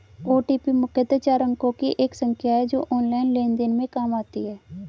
OTP मुख्यतः चार अंकों की एक संख्या है जो ऑनलाइन लेन देन में काम आती है